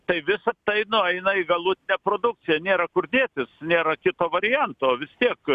tai visa tai nueina į galutinę produkciją nėra kur dėtis nėra kito varianto vis tiek